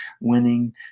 winning